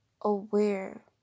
aware